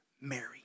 Mary